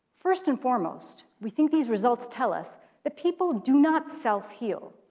first and foremost, we think these results tell us that people do not self heal,